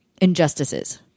injustices